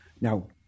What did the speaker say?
Now